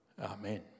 Amen